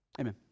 Amen